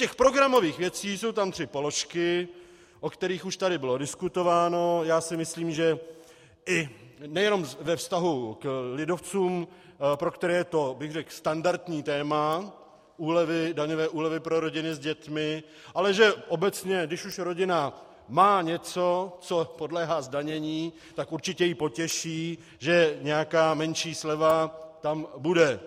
Z programových věcí jsou tam tři položky, o kterých už tady bylo diskutováno, já si myslím, že nejenom ve vztahu k lidovcům, pro které je to, řekl bych, standardní téma daňové úlevy pro rodiny s dětmi, ale že obecně, když už rodina má něco, co podléhá zdanění, určitě ji potěší, že nějaká menší sleva tam bude.